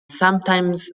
sometimes